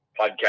podcast